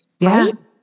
right